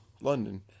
London